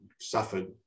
suffered